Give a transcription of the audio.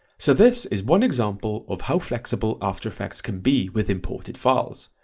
so this is one example of how flexible after effects can be with imported files.